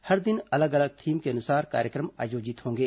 हर दिन अलग अलग थीम के अनुसार कार्यक्रम आयोजित होंगे